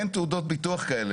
אין תעודות ביטוח כאלה.